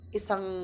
isang